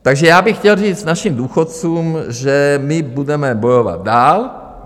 Takže já bych chtěl říct našim důchodcům, že my budeme bojovat dál.